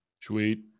Sweet